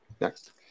Next